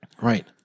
right